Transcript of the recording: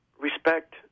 respect